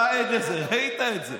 אתה עד לזה, ראית את זה.